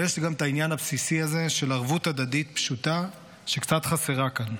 אבל יש גם העניין הבסיסי הזה של ערבות הדדית פשוטה שקצת חסרה כאן.